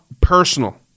personal